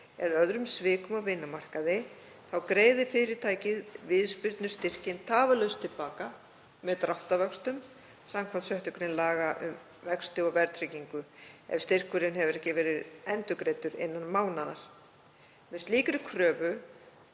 eða öðrum svikum á vinnumarkaði þá greiði fyrirtækið viðspyrnustyrkinn tafarlaust til baka með dráttarvöxtum samkvæmt 6. gr. laga um vexti og verðtryggingu ef styrkurinn hefur ekki verið endurgreiddur innan mánaðar. Með slíkri kröfu